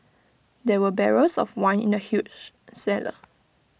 there were barrels of wine in the huge cellar